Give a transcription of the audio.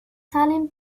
salen